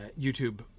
YouTube